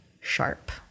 sharp